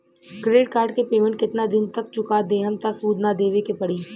Credit card के payment केतना दिन तक चुका देहम त सूद ना देवे के पड़ी?